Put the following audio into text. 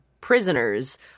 prisoners